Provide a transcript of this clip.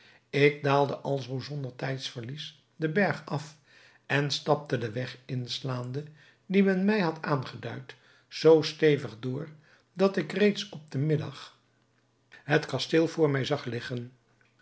ik daalde alzoo zonder tijdverlies den berg af en stapte den weg inslaande die men mij had aangeduid zoo stevig door dat ik reeds op den middag het kasteel voor mij zag liggen